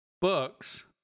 books